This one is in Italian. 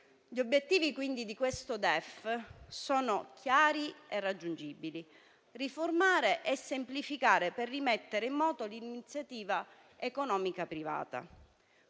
Gli obiettivi di questo DEF sono quindi chiari e raggiungibili: riformare e semplificare per rimettere in moto l'iniziativa economica privata,